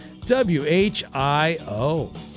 WHIO